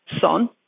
son